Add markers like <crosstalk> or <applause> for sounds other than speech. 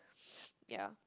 <noise> yeah